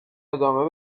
ادامه